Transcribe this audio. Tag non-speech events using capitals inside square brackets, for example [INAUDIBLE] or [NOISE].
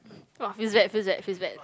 [BREATH] !wah! feels bad feels bad feels bad